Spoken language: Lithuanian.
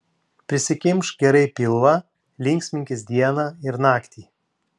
prisikimšk gerai pilvą linksminkis dieną ir naktį